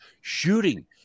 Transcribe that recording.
shooting